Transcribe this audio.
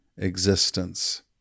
existence